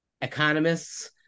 economists